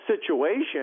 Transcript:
situation